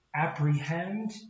apprehend